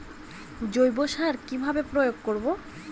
জৈব সার কি ভাবে প্রয়োগ করব?